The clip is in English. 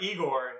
Igor